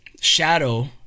shadow